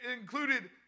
included